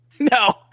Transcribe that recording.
No